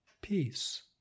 Peace